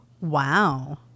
Wow